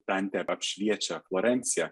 dantė apšviečia florenciją